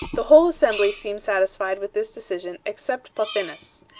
the whole assembly seemed satisfied with this decision except pothinus.